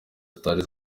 zitari